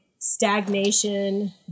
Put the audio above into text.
stagnation